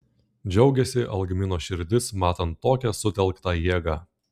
džiaugiasi algmino širdis matant tokią sutelktą jėgą